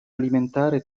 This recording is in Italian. alimentare